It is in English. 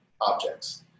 objects